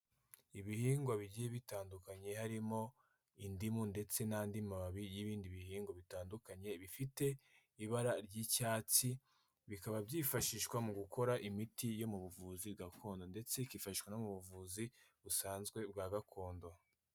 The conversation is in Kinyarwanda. Ibihingwa bigiye bitandukanye harimo indimu ndetse n'andi mababi y'ibindi bihingwa bitandukanye bifite ibara ry'icyatsi, bikaba byifashishwa mu gukora imiti yo mu buvuzi gakondo ndetse ikifashishwa no mu buvuzi busanzwe bwa gakondo.